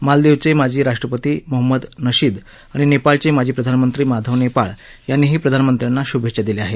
मालदीवचे माजी राष्ट्रपती मोहम्मद नशीद आणि नेपाळचे माजी प्रधानमंत्री माधव नेपाळ यांनीही प्रधानमंत्र्यांना शुभेच्छा दिल्या आहेत